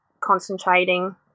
concentrating